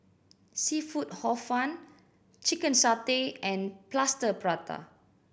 seafood Hor Fun chicken satay and Plaster Prata